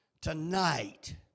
tonight